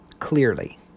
clearly